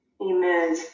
Amen